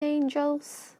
angels